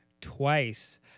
twice